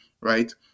right